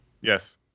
Yes